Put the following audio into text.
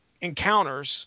encounters